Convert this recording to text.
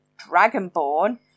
dragonborn